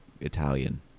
Italian